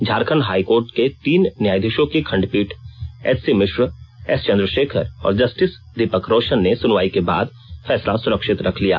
Jharkhand high court के तीन न्यायाधीशों की खंडपीठ एचसी मिश्र एस चंद्रशेखर और जस्टिस दीपक रोशन ने सुनवाई के बाद फैसला सुरक्षित रख लिया